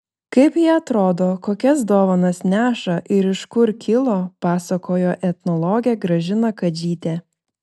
kaip ji atrodo kokias dovanas neša ir iš kur kilo papasakojo etnologė gražina kadžytė